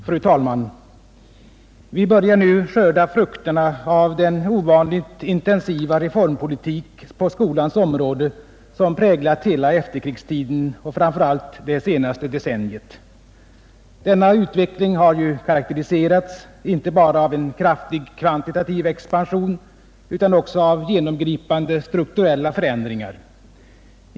Fru talman! Vi börjar nu skörda frukterna av den ovanligt intensiva reformpolitik på skolans område, som präglat hela efterkrigstiden och framför allt det senaste decenniet. Denna utveckling har karakteriserats inte bara av en kraftig kvantitativ expansion utan också av genomgripande strukturella förändringar.